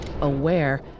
Aware